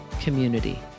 community